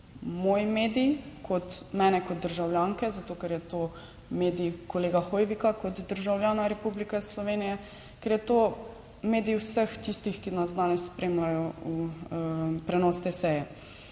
moj medij, kot mene, kot državljanke, zato, ker je to medij kolega Hoivika, kot državljana Republike Slovenije, ker je to medij vseh tistih, ki nas danes spremljajo prenos te seje.